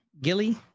Gilly